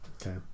Okay